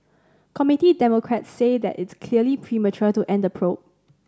Committee Democrats say that it's clearly premature to end the probe